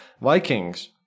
Vikings